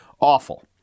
awful